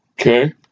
Okay